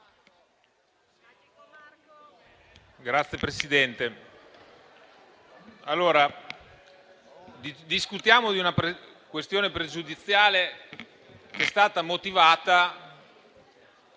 Signor Presidente, discutiamo di una questione pregiudiziale che è stata motivata.